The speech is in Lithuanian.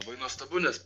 labai nuostabu nes